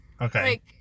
Okay